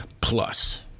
plus